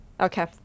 Okay